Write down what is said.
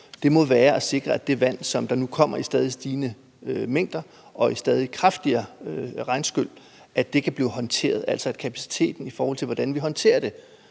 må være at sikre, at det vand, som der nu kommer i stadigt stigende mængder og i stadigt kraftigere regnskyl, kan blive håndteret, altså at kapaciteten i forhold til, hvordan vi håndterer det